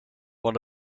one